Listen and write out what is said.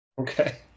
Okay